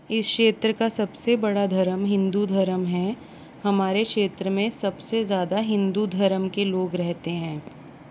इस क्षेत्र का सबसे बड़ा धर्म हिंदू धर्म है हमारे क्षेत्र में सबसे ज़्यादा हिंदू धर्म के लोग रहते हैं